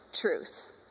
truth